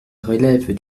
relève